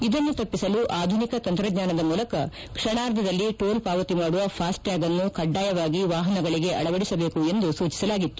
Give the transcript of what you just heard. ಇದನ್ನು ತಪ್ಪಿಸಲು ಆಧುನಿಕ ತಂತ್ರಜ್ವಾನದ ಮೂಲಕ ಕ್ಷಣಾರ್ಧದಲ್ಲಿ ಟೋಲ್ ಪಾವತಿ ಮಾಡುವ ಫಾಸ್ಟ್ಚಾಗ್ ಅನ್ನು ಕಡ್ಡಾಯವಾಗಿ ವಾಹನಗಳಗೆ ಅಳವಡಿಸಬೇಕು ಎಂದು ಸೂಚಿಸಲಾಗಿತ್ತು